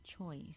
choice